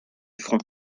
front